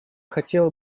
хотела